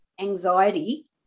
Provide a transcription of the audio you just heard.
anxiety